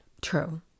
True